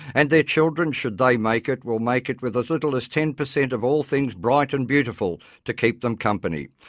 and their children, should they make it, will make it with as little as ten percent of all things bright and beautiful to keep them company.